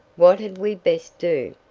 what had we best do?